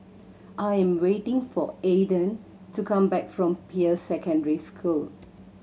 I am waiting for Aedan to come back from Peirce Secondary School